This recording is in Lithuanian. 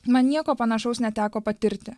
man nieko panašaus neteko patirti